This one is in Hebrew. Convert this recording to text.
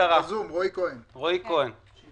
תודה